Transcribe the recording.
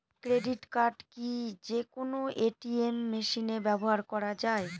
Credit card কি যে কোনো এ.টি.এম মেশিনে ব্যবহার করা য়ায়?